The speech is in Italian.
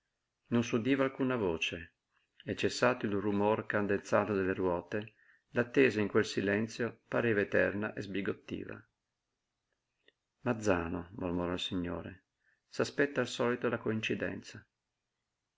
non s'udiva alcuna voce e cessato il rumor cadenzato delle ruote l'attesa in quel silenzio pareva eterna e sbigottiva mazzàno mormorò il signore s'aspetta al solito la coincidenza